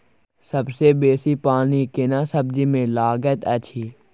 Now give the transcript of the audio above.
सबसे बेसी पानी केना सब्जी मे लागैत अछि?